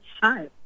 Hi